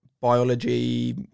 biology